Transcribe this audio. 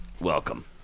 welcome